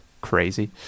crazy